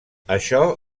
això